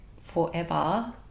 forever